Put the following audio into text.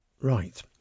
Right